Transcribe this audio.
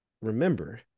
Remember